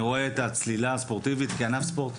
אני רואה את הצלילה הספורטיבית כענף ספורט.